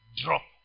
drop